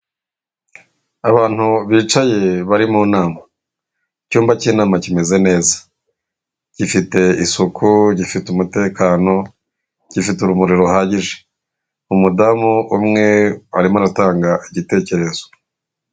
Abantu bicaye bari mu nama. Icyumba cy'inama kimeze neza gifite isuku, gifite umutekano, gifite urumuri ruhagije. Umudamu umwe arimo aratanga igitekerezo.